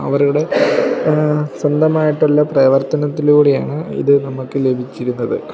അവരുടെ സ്വന്തമായിട്ടുള്ള പ്രവർത്തനത്തിലൂടെയാണ് ഇത് നമുക്ക് ലഭിച്ചിരുന്നത്